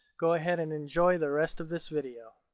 go ahead and enjoy the rest of this video.